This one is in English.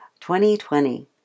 2020